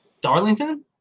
Darlington